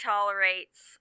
tolerates